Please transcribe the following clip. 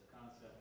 concept